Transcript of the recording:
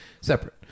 separate